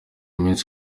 minsi